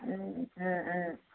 ம் ம் ம்